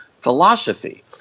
philosophy